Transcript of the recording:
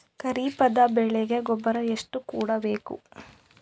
ಖರೀಪದ ಬೆಳೆಗೆ ಗೊಬ್ಬರ ಎಷ್ಟು ಕೂಡಬೇಕು?